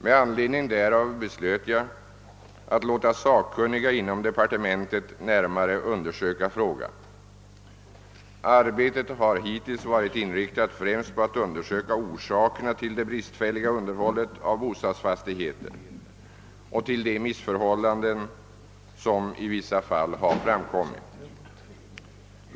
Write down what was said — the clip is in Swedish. Med anledning därav beslöt jag att låta sakkunniga inom departementet närmare undersöka frågan. Arbetet har hittills varit inriktat främst på att undersöka orsakerna till det bristfälliga underhållet av bostadsfastigheter och till de missförhållanden som i vissa fall har framkommit.